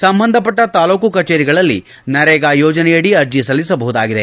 ಸಂಬಂಧಪಟ್ಟ ತಾಲ್ಲೂಕು ಕಚೇರಿಗಳಲ್ಲಿ ನರೇಗಾ ಯೋಜನೆಯಡಿ ಅರ್ಜ ಸಲ್ಲಿಸಬಹುದಾಗಿದೆ